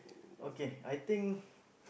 okay I think